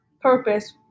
Purpose